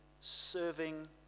serving